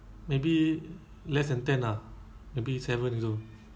maybe less than ten ah maybe seven also